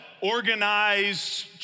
organized